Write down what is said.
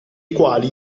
quali